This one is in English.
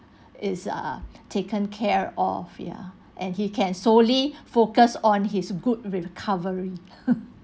is ah taken care of ya and he can solely focus on his good recovery